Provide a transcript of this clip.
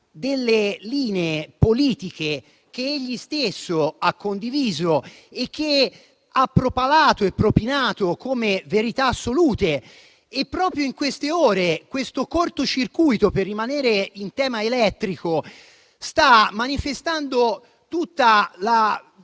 linee politiche che essa stessa ha condiviso, propalato e propinato come verità assolute. Proprio in queste ore, questo cortocircuito - per rimanere in tema elettrico - sta manifestando tutta la